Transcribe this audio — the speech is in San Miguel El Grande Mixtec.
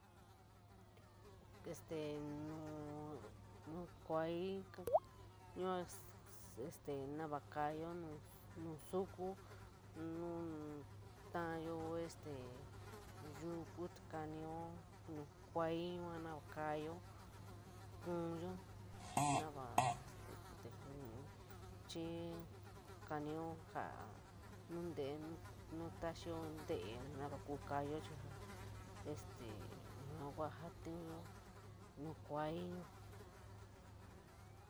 Este nu kuoir ka yua sk nava kadyo nu souku nu taayo este yua ku te kamio nu kuairi yua nava kadyo, kuoyo navor este chi kamio jara nuntele nuu taxio in tele nava kuu kadyo chi ja este yua kua jotiñiyo.